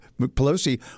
pelosi